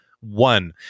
one